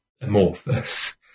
amorphous